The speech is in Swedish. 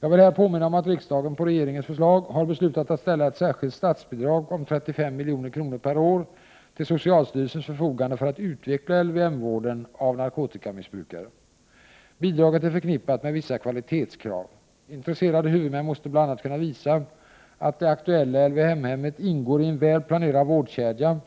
Jag vill här påminna om att riksdagen, på regeringens förslag, har beslutat att ställa ett särskilt statsbidrag om 35 milj.kr. per år till socialstyrelsens förfogande för att utveckla LVM-vården av narkotikamissbrukare. Bidraget är förknippat med vissa kvalitetskrav. Intresserade huvudmän måste bl.a. kunna visa att det aktuella LVM-hemmet ingår i en väl planerad vårdkedja